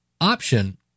option